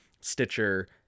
Stitcher